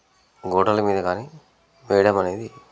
గోడల మీద కానీ వేయడమనేది